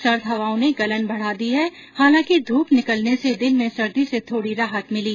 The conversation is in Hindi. सर्द हवाओं ने गलन बढा दी है हालांकि धूप निकलने से दिन में सर्दी से थोड़ी राहत मिली